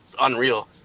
unreal